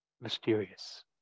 mysterious